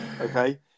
okay